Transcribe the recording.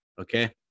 okay